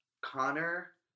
Connor